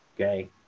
okay